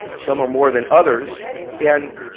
some are more than others and